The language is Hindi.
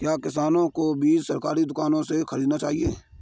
क्या किसानों को बीज सरकारी दुकानों से खरीदना चाहिए?